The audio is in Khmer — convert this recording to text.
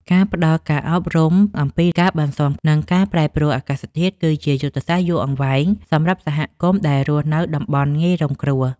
ការផ្តល់ការអប់រំអំពីការបន្ស៊ាំនឹងការប្រែប្រួលអាកាសធាតុ គឺជាយុទ្ធសាស្ត្រយូរអង្វែងសម្រាប់សហគមន៍ដែលរស់នៅតំបន់ងាយរងគ្រោះ។